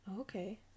Okay